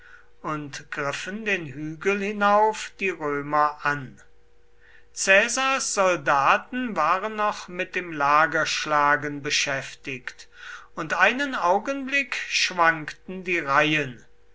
und griffen den hügel hinauf die römer an caesars soldaten waren noch mit dem lagerschlagen beschäftigt und einen augenblick schwankten die reihen